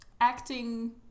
acting